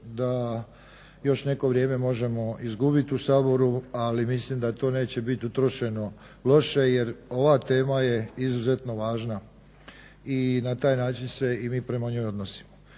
da još neko vrijeme možemo izgubiti u Saboru, ali mislim da to neće biti utrošeno loše jer ova tema je izuzetno važna i na taj način se i mi prema njoj odnosimo.